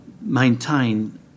maintain